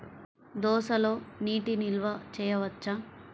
దోసలో నీటి నిల్వ చేయవచ్చా?